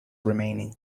remaining